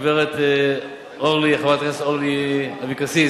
גברת אורלי, חברת הכנסת אורלי אבקסיס